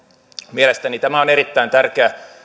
mielestäni tämä on erittäin tärkeä